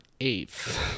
eighth